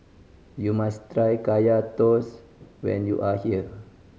you must try Kaya Toast when you are here